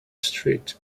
street